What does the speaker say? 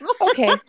Okay